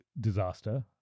disaster